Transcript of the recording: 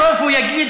בסוף הוא יגיד,